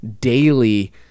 daily